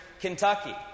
Kentucky